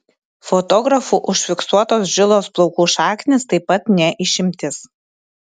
fotografų užfiksuotos žilos plaukų šaknys taip pat ne išimtis